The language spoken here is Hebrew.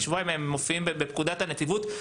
מופיעים בפקודת הנציבות,